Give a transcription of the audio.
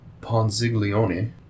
Ponziglione